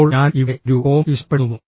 അപ്പോൾ ഞാൻ ഇവിടെ ഒരു കോമ ഇഷ്ടപ്പെടുന്നു